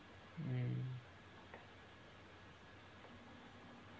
um